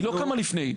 היא לא קמה לפני,